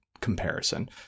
comparison